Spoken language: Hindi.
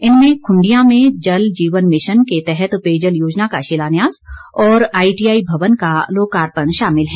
इनमें खुंडिया में जल जीवन मिशन के तहत पेयजल योजना का शिलान्यास और आईटीआई भवन का लोकार्पण शामिल है